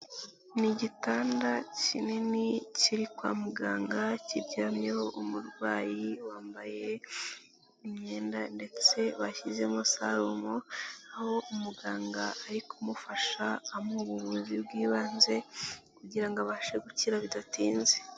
Ni igitanda kinini kiri kwa muganga kiryamyeho umurwayi wambaye imyenda ndetse bashyizemo salumo aho umuganga ari kumufasha amuha ubuvuzi bw'ibanze kugira ngo abashe gukira bidatinze.